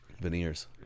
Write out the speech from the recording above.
Veneers